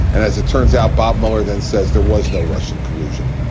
and as it turns out, bob mueller then says there was no russian collusion.